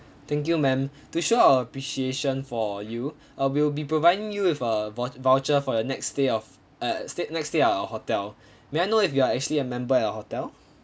thank you ma'am to show our appreciation for you uh we'll be providing you with a vou~ voucher for your next stay of err next stay next stay at our hotel may I know if you are actually a member at our hotel